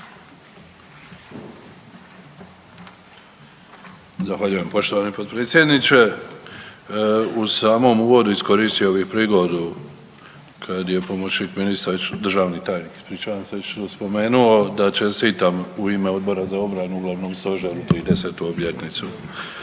Zahvaljujem poštovani potpredsjedniče. U samom uvodu iskoristio bih prigodu kad je pomoćnik ministra, državni tajnik, ispričavam se, već spomenuo, da čestitam u ime Odbora za obranu, Glavnom stožeru 30. obljetnicu